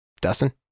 Dustin